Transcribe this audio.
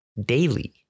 Daily